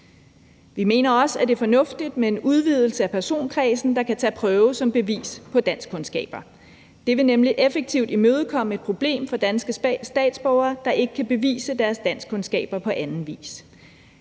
Vi mener også, at det er fornuftigt med en udvidelse af personkredsen, der kan tage prøve som bevis på danskkundskaber. Det vil nemlig effektivt imødekomme et problem for danske statsborgere, der ikke kan bevise deres danskkundskaber på anden vis.